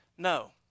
No